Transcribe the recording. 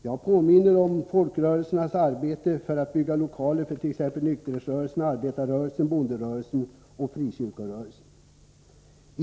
Jag påminner om olika folkrörelsers arbete för att bygga lokaler t.ex. nykterhetsrörelsen, arbetarrörelsen, bonderörelsen och frikyrkorörelsen.